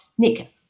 Nick